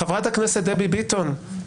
חברת הכנסת דבי ביטון.